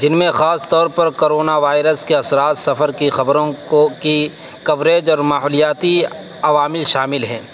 جن میں خاص طور پر کرونا وائرس کے اثرات سفر کی خبروں کو کی کوریج اور مالیاتی عوامل شامل ہیں